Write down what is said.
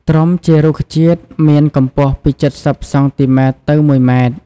ត្រុំជារុក្ខជាតិមានកម្ពស់ពី ៧០សង់ទីម៉ែត្រទៅ១ម៉ែត្រ។